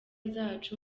zacu